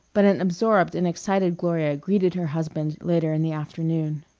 but an absorbed and excited gloria greeted her husband later in the afternoon.